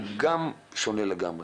היא גם שונה לגמרי.